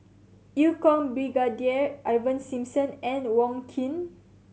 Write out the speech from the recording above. Eu Kong Brigadier Ivan Simson and Wong Keen